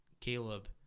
caleb